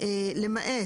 יש סמכות פיקוח.